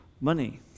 money